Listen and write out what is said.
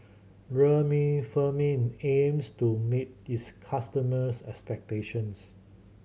Remifemin aims to meet its customers' expectations